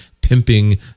pimping